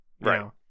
Right